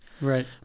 Right